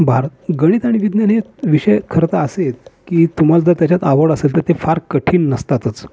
भार गणित आणि विज्ञान ही विषय खरं तर असे आहेत की तुम्हाला जर त्याच्यात आवड असेल ते फार कठीण नसतातच